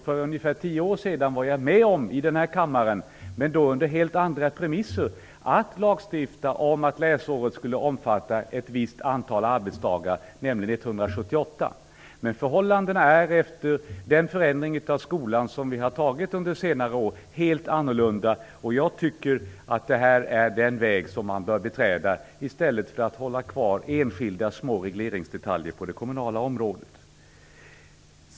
För cirka tio år sedan var jag med - men då under helt andra premisser - om att i denna kammare lagstifta om att läsåret skulle omfatta ett visst antal arbetsdagar, nämligen 178 dagar. Men förhållandena är helt annorlunda efter de förändringar som har genomförts under senare år. Jag tycker att detta är den väg som man bör beträda i stället för att hålla kvar enskilda små regleringsdetaljer på det kommunala området.